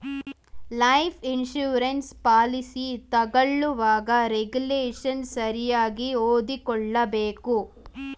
life insurance policy ತಗೊಳ್ಳುವಾಗ regulation ಸರಿಯಾಗಿ ಓದಿಕೊಳ್ಳಬೇಕು